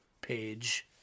page